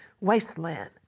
wasteland